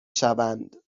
شوند